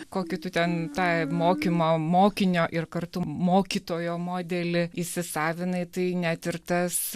kokį tu ten tą mokymą mokinio ir kartu mokytojo modelį įsisavinai tai net ir tas